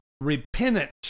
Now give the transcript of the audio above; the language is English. repentance